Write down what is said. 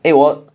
eh 我